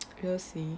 we'll see